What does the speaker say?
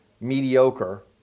mediocre